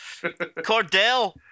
Cordell